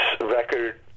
record